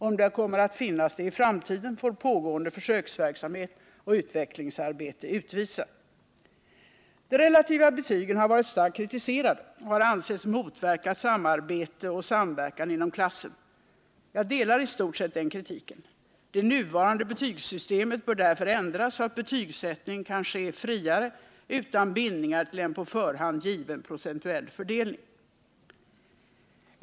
Om det kommer att finnas i framtiden, får pågående försöksverksamhet och utvecklingsarbete utvisa. De relativa betygen har varit starkt kritiserade och har ansetts motverka samarbete och samverkan inom klassen. Jag delar i stort sett den kritiken. Det nuvarande betygssystemet bör därför ändras så att betygsättningen kan ske friare utan bindningar till en på förhand given procentuell fördelning.